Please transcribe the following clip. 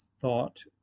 thought